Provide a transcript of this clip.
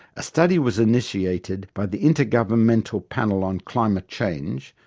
a study was initiated by the intergovernmental panel on climate change,